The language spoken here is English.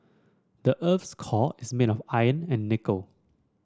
the earth's core is made of iron and nickel